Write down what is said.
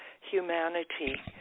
humanity